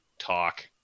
talk